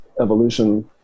evolution